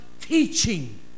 teaching